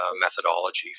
methodology